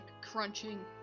crunching